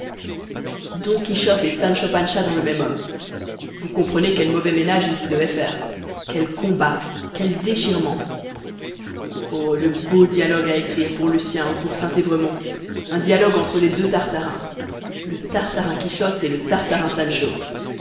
don quichotte et sancho pança dans le même homme vous comprenez quel mauvais ménage ils y devaient faire quels combats quels déchirements o le beau dialogue à écrire pour lucien ou pour saint évremond un dialogue entre les deux tartarins le tartarin quichotte et le